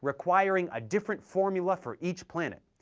requiring a different formula for each planet.